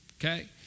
Okay